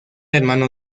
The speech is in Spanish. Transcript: hermano